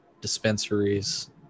dispensaries